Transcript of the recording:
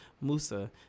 Musa